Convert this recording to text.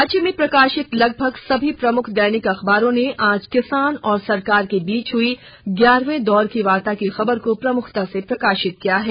राज्य में प्रकाशित लगभग सभी प्रमुख दैनिक अखबारों ने आर्ज किसान और सरकार के बीच हुई ग्यारहवें दौर की वार्ता की खबर को प्रमुखता से प्रकाशित किया है